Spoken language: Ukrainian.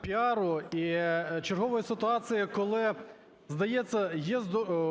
піару і чергової ситуації, коли, здається, є